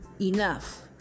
enough